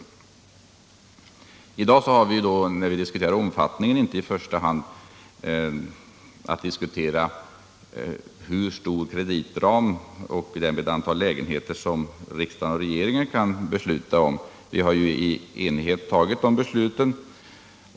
I dag skall vi när det gäller omfattningen inte i första hand diskutera vilken kreditram och därmed hur stort antal lägenheter som riksdagen och regeringen kan besluta om — vi har ju i enighet tagit de besluten.